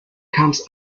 comes